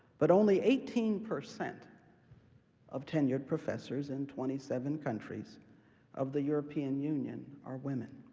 but only eighteen percent of tenured professors in twenty seven countries of the european union are women.